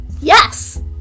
yes